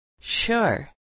Sure